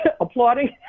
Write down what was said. applauding